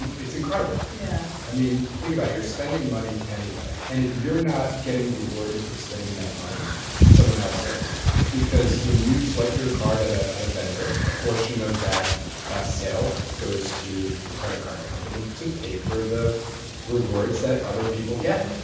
and it's incredible. yeah i mean think about it you're spending money anyway. and if you're not getting rewarded for spending that money someone else is because when you swipe your card at a at a vendor a portion of that ah sale goes to the credit card company to pay for the rewards that other people get.